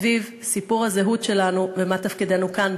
סביב סיפור הזהות שלנו ומה תפקידנו כאן,